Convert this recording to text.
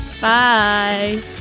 Bye